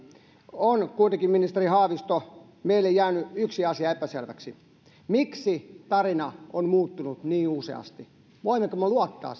on meille kuitenkin ministeri haavisto jäänyt yksi asia epäselväksi miksi tarina on muuttunut niin useasti voimmeko me luottaa